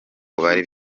bari